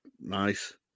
nice